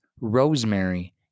rosemary